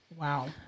wow